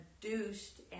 produced